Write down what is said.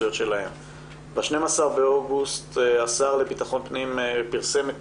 ב-12 באוגוסט השר לביטחון פנים פרסם את